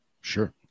Sure